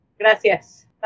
Gracias